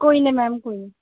ਕੋਈ ਨਾ ਮੈਮ ਕੋਈ ਨਹੀਂ